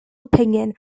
opinion